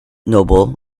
noble